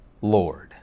Lord